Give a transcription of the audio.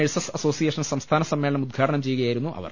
nurses association സംസ്ഥാന സമ്മേളനം ഉദ്ഘാടനം ചെയ്യുകയായിരുന്നു അവർ